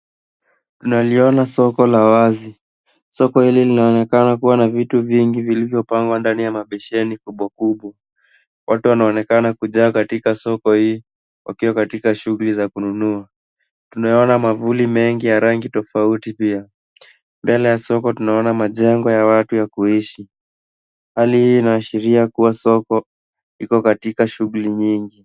Tunaliona soko la wazi. Soko hili linaonekana kuwa na vitu vingi zilizopangwa ndani ya mabesheni kubwa kubwa. Watu wanaonekana kujaa katika soko hili wakiwa katika shughuli ya kununua. Tuona mwavuli mengi ya rangi tofauti pia. Mbele ya soko tunaona majengo ya watu ya kuishi. Hali hii inaashiria kuwa soko iko katika shughuli nyingi.